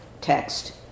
text